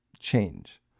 change